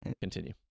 Continue